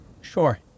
Sure